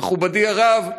מכובדי הרב,